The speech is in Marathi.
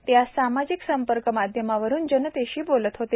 ते आज सामाजिक संपर्क माध्यमावरून जनतेशी बोलत होते